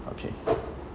okay